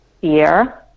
fear